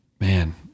man